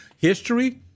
history